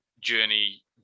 journey